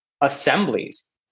assemblies